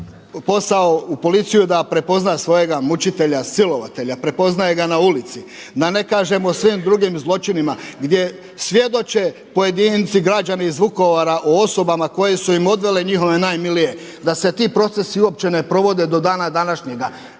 dolazi u policiju da prepozna svojega mučitelja silovatelja prepoznaje ga na ulici. Da ne kažem o svim drugim zločinima gdje svjedoče pojedinci građani iz Vukovara o osobama koje su im odvele njihove najmilije da se ti procesi uopće ne provode do dana današnjega.